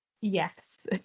Yes